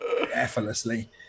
effortlessly